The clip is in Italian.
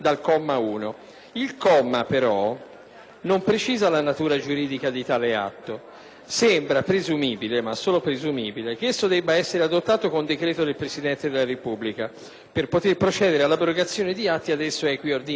non precisa però la natura giuridica di tale atto. Sembra presumibile - ma solo presumibile - che esso debba essere adottato con decreto del Presidente della Repubblica per poter procedere all'abrogazione di atti ad esso equiordinati, come i regolamenti governativi.